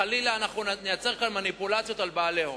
שחלילה אנחנו נייצר כאן מניפולציות על בעלי הון.